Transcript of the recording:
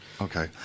Okay